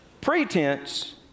pretense